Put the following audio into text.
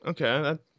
okay